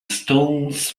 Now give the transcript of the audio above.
stones